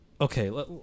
Okay